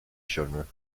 genre